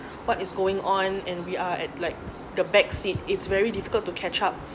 what is going on and we are at like the back seat it's very difficult to catch up